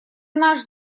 наш